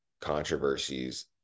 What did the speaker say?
controversies